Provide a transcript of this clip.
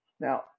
Now